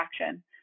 action